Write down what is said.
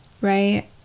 Right